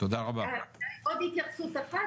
עוד התייחסות אחת,